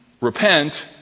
repent